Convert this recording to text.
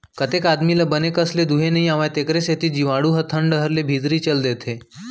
कतेक आदमी ल बने कस ले दुहे नइ आवय तेकरे सेती जीवाणु ह थन डहर ले भीतरी चल देथे